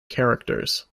characters